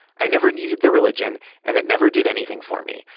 i never needed the religion and it never did anything for me.